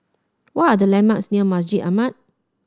what are the landmarks near Masjid Ahmad